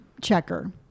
checker